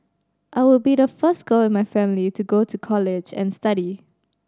I would be the first girl in my family to go to college and study